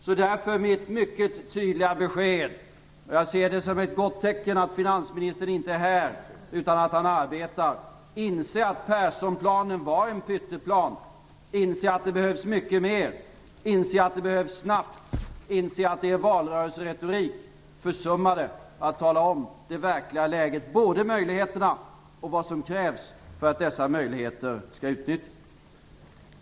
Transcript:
Så där är mitt mycket tydliga besked, och jag ser det som ett gott tecken att finansministern inte är här utan att han arbetar: Inse att Perssonplanen var en pytteplan! Inse att det behövs mycket mer! Inse att det behövs snabbt! Inse att ni i er valrörelseretorik försummade att tala om det verkliga läget, både möjligheterna och vad som krävs för att dessa möjligheter skall utnyttjas!